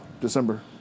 December